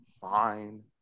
fine